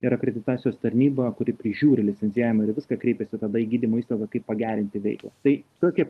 ir akreditacijos tarnyba kuri prižiūri licencijavimą ir viską kreipiasi tada į gydymo įstaigą kaip pagerinti veiklą tai tokie